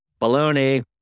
baloney